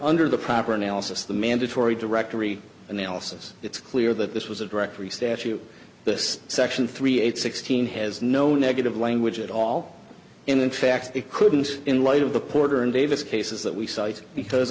under the proper analysis the mandatory directory analysis it's clear that this was a directory statute this section three eight sixteen has no negative language at all in fact it couldn't in light of the porter and davis cases that we cite because